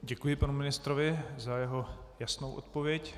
Děkuji panu ministrovi za jeho jasnou odpověď.